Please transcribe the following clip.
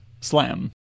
SLAM